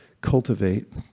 cultivate